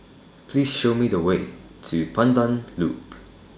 Please Show Me The Way to Pandan Loop